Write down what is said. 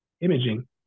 imaging